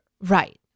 Right